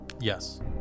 Yes